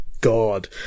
god